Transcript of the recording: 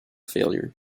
failure